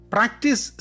Practice